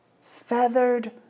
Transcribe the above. feathered